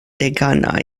deganau